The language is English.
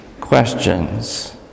questions